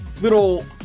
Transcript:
little